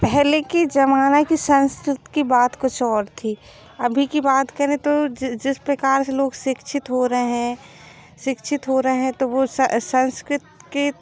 पहले के ज़माने के संस्कृति कि बात कुछ और थी अभी कि बात करें तो जिस प्रकार से लोग शिक्षित हो रहे हैं शिक्षित हो रहे हैं तो वे संस्कृति की